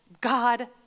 God